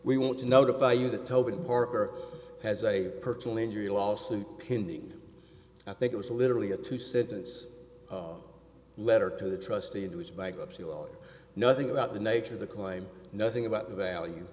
we want to notify you that parker has a personal injury lawsuit pending i think it was literally a two sentence letter to the trustee who is bankruptcy laws nothing about the nature of the claim nothing about the value